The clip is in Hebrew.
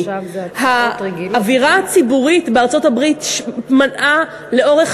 האווירה הציבורית בארצות-הברית מנעה לאורך